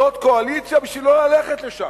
זאת קואליציה בשביל לא ללכת לשם,